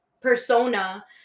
persona